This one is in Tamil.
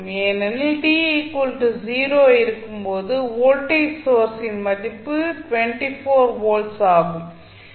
ஏனெனில் t 0 இருக்கும் போது வோல்டேஜ் சோர்ஸின் மதிப்பு 24 வோல்ட் ஆகும்